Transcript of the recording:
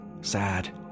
Sad